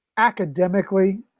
Academically